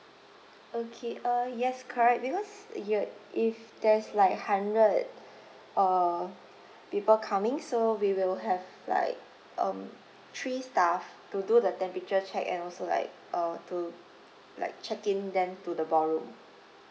okay uh yes correct because you if there's like hundred uh people coming so we will have like um three staff to do the temperature check and also like uh to like check in them to the ballroom